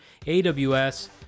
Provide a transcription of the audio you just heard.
AWS